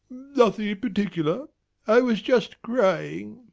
nothing in particular i was just crying.